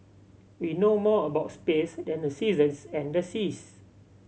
we know more about space than the seasons and the seas